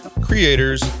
creators